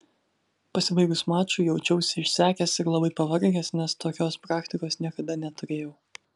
pasibaigus mačui jaučiausi išsekęs ir labai pavargęs nes tokios praktikos niekada neturėjau